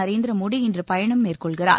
நரேந்திர மோடி இன்று பயணம் மேற்கொள்கிறார்